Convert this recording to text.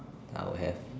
I'll have